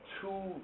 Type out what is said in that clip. two